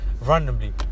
Randomly